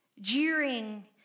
jeering